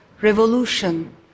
revolution